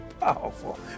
powerful